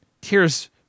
tears